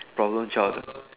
problem child